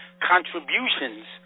contributions